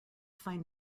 find